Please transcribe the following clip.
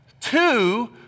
Two